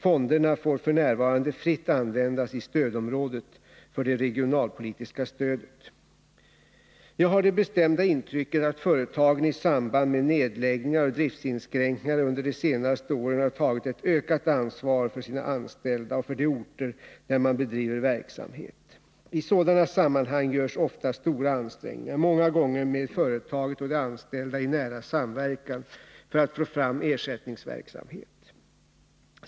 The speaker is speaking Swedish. Fonderna får f. n. fritt användas i stödområdet för det regionalpolitiska Jag har det bestämda intrycket att företagen i samband med nedläggningar och driftsinskränkningar under de senaste åren har tagit ett ökat ansvar för sina anställda och för de orter där man bedriver verksamhet. I sådana sammanhang görs ofta stora ansträngningar — många gånger med företaget och de anställda i nära samverkan, för att få fram ersättningsverksamhet.